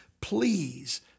please